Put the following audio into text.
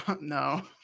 no